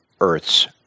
earth's